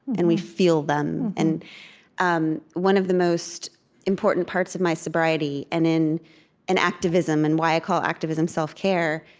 and we feel them. and um one of the most important parts of my sobriety and in and activism, and why i call activism self-care,